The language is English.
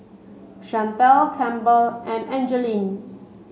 Shantell Campbell and Angeline